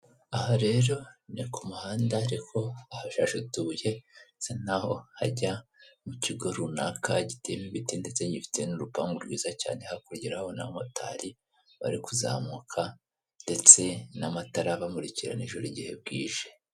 Imodoka nini cyane ikunda gutwara abantu by'umwihariko zikunda gukoreshwa mu mujyi wa Kigali imodoka zitwara abantu mu bice bike bitandukanye zitwara abantu benshi bagiye ahantu hamwe ahoza uba ufite ikarita uka ugakoza ku cyuma hanyuma amafaranga akavaho ukinjiramo hanyuma bakagutwararwa kugeza aho ugiye, si ibyo gusa kandi n'abagenda bahagaze turabona imbere umunyamaguru cyangwa se umugenzi ufite igare uri kugendera mu muhanda w'abanyamaguru.